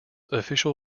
official